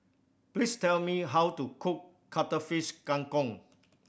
please tell me how to cook Cuttlefish Kang Kong